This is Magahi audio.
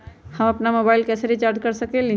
हम अपन मोबाइल कैसे रिचार्ज कर सकेली?